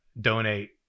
donate